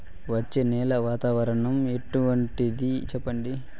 వచ్చే నెల వాతావరణం ఎట్లుంటుంది చెప్పండి?